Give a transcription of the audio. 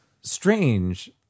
strange